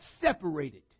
separated